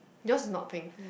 yours not pink